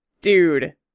Dude